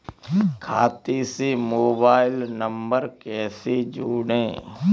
खाते से mobile number कैसे जोड़ें?